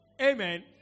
Amen